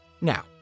Now